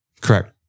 Correct